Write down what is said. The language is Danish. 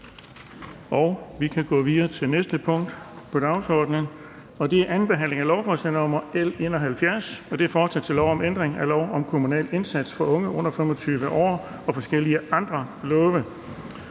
forkastet. --- Det næste punkt på dagsordenen er: 4) 2. behandling af lovforslag nr. L 71: Forslag til lov om ændring af lov om kommunal indsats for unge under 25 år og forskellige andre love.